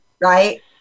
right